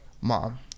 mom